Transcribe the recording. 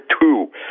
two